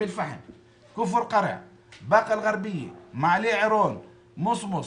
כפר קרע, באקה אל-גרביה, מעלה עירון, מוסמוס